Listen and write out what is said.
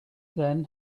then